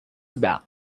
about